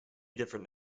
different